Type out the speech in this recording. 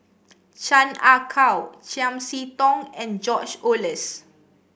Chan Ah Kow Chiam See Tong and George Oehlers